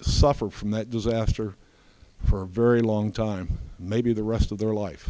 suffer from that disaster for a very long time maybe the rest of their life